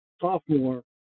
sophomore